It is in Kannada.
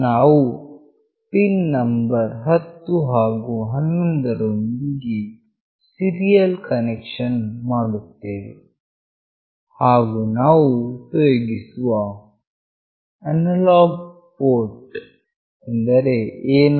ನಾವು ಪಿನ್ ನಂಬರ್ 10 ಹಾಗು 11ರೊಂದಿಗೆ ಸೀರಿಯಲ್ ಕನೆಕ್ಷನ್ ಮಾಡುತ್ತೇವೆ ಹಾಗು ನಾವು ಉಪಯೋಗಿಸುವ ಅನಲಾಗ್ ಪೋರ್ಟ್ ಎಂದರೆ A0